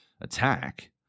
attack